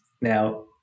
Now